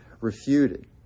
refuted